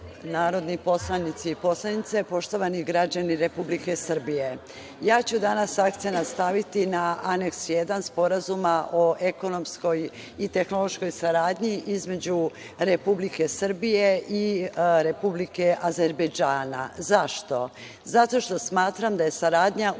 narodni poslanici i poslanice, poštovani građani Republike Srbije, ja ću danas akcenat staviti na Aneks 1, Sporazuma o ekonomskoj i tehnološkoj saradnji, između Republike Srbije i Republike Azerbejdžana.Zašto? Zato što smatram da je saradnja u